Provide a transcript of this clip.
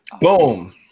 boom